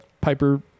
Piper